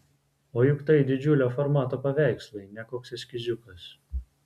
o juk tai didžiulio formato paveikslai ne koks eskiziukas